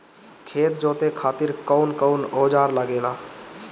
खेत जोते खातीर कउन कउन औजार लागेला?